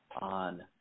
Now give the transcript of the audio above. on